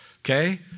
okay